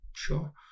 Sure